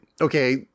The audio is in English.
okay